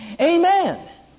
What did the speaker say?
Amen